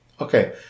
okay